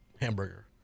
hamburger